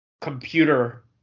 computer